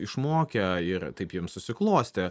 išmokę ir taip jiems susiklostė